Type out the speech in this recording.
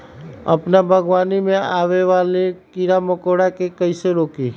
अपना बागवानी में आबे वाला किरा मकोरा के कईसे रोकी?